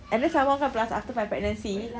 at least some one month plus after my pregnancy